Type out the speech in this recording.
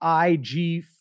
IG